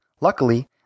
Luckily